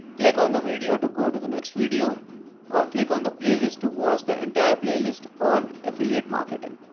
click on the video to go to the next video or click on the playlist to watch the entire playlist on affiliate marketing.